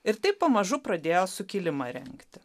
ir taip pamažu pradėjo sukilimą rengti